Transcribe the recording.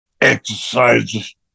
exercises